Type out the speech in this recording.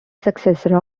successor